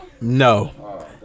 No